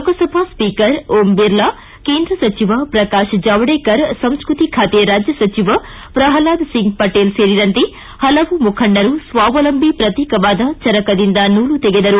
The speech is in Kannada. ಲೋಕಸಭಾ ಸ್ವೀಕರ್ ಓಂ ಬಿರ್ಲಾ ಕೇಂದ್ರ ಸಚಿವ ಪ್ರಕಾಶ್ ಜಾವಡೇಕರ್ ಸಂಸ್ಕೃತಿ ಖಾತೆ ರಾಜ್ಯ ಸಚಿವ ಪ್ರಹ್ಲಾದ್ ಸಿಂಗ್ ಪಟೇಲ್ ಸೇರಿದಂತೆ ಪಲವು ಮುಖಂಡರು ಸ್ವಾವಲಂಬಿ ಪ್ರತೀಕವಾದ ಚರಕದಿಂದ ನೂಲು ತೆಗೆದರು